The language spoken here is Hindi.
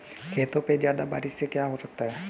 खेतों पे ज्यादा बारिश से क्या हो सकता है?